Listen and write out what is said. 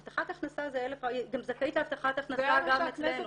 הבטחת הכנסה זה 1,000- -- היא גם זכאית להבטחת הכנסה גם אצלנו.